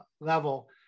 level